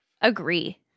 Agree